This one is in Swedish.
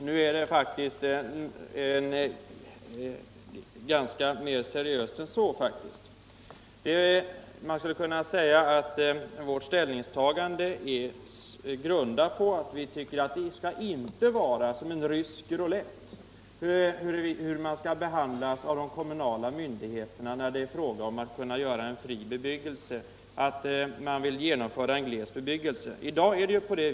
Nu är det faktiskt mera seriöst än så. Vårt ställningstagande är grundat på vår uppfattning att utfallet av de kommunala myndigheternas behandling av frågor om genomförande av gles bebyggelse inte skall vara som spel på rysk rulett.